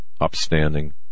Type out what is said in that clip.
upstanding